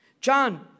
John